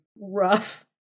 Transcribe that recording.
rough